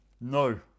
no